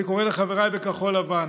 אני קורא לחבריי בכחול לבן: